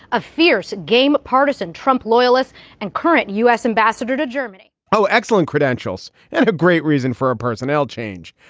a fierce game partisan trump loyalist and current u s. ambassador to germany oh, excellent credentials and a great reason for a personnel change.